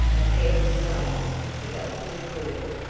appendicitis, the doctors called it,